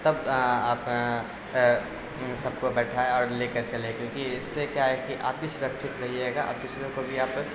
تب آپ سب کو بیٹھائیں اور لے کر چلیں کیونکہ اس سے کیا ہے کہ آپ بھی سرکچھت رہیے گا اور دوسروں کو بھی آپ